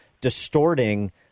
distorting